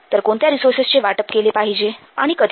तर कोणत्या रिसोर्सेस चे वाटप केले पाहिजे आणि कधी